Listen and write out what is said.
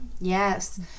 Yes